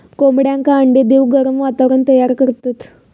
कोंबड्यांका अंडे देऊक गरम वातावरण तयार करतत